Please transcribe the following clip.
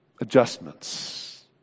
Adjustments